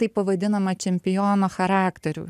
tai pavadinama čempiono charakteriu